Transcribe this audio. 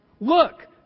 Look